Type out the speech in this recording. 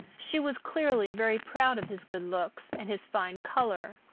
she was clearly very proud of his good looks and his fine color.